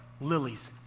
lilies